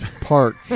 Park